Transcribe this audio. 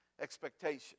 expectation